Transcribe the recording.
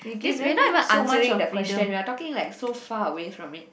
this you not even answering the question you're talking like so far away from it